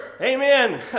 amen